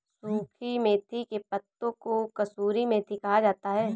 सुखी मेथी के पत्तों को कसूरी मेथी कहा जाता है